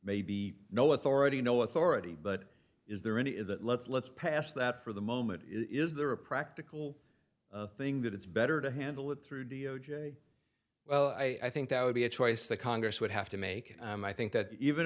may be no authority no authority but is there any let's pass that for the moment is there a practical thing that it's better to handle it through d o j well i think that would be a choice that congress would have to make i think that even